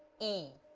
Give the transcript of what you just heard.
e